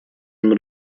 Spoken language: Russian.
ним